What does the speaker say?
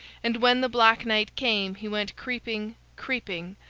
and when the black night came he went creeping, creeping,